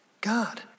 God